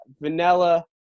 vanilla